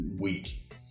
weak